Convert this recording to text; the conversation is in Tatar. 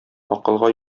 акылга